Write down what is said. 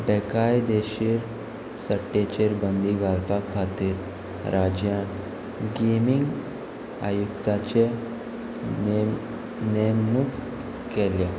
बेकायदेशीर सट्टेचेर बंदी घालपाक खातीर राज्या गेमींग आयुद्याचेर नेम नेमणूक केल्या